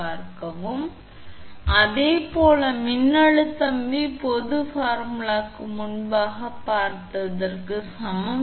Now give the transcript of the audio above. எனவே அதுபோலவே உங்கள் மின்னழுத்தம் V பொது பார்முலாக்கு முன்பு பார்த்ததற்கு சமம்